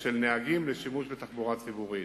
של נהגים לשימוש בתחבורה ציבורית.